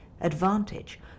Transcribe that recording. advantage